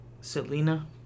Selena